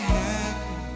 happy